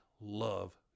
love